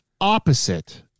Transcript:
opposite